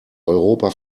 europa